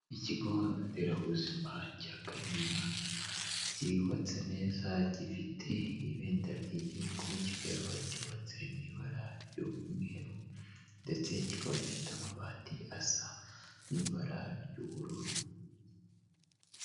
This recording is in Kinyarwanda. Ikigo nderabuzima cya Kanyinya, cyubatse neza, gifite ibendera ry'igihugu, kikaba cyubatse mu ibara ry'umweru ndetse kikaba gifite amabati asa n'ibara ry'ubururu.